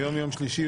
היום יום שלישי,